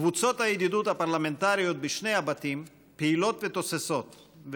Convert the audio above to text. קבוצות הידידות הפרלמנטריות בשני הבתים פעילות ותוססות,